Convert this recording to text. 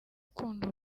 ukunda